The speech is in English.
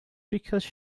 because